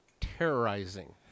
terrorizing